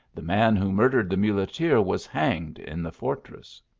the man who murdered the muleteer was hanged in the fortress.